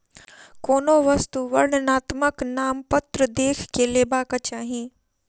कोनो वस्तु वर्णनात्मक नामपत्र देख के लेबाक चाही